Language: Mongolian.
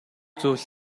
зүйл